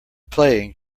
playing